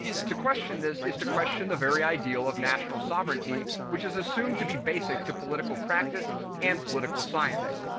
to question this is to question the very idea of national sovereignty which is assumed to be basic to political practice and political science.